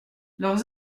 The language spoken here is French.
leurs